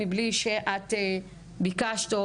מבלי שאת ביקשת,